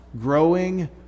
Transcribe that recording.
growing